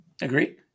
Agree